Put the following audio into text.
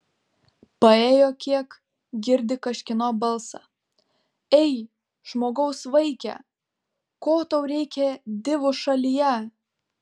paėjo kiek girdi kažkieno balsą ei žmogaus vaike ko tau reikia divų šalyje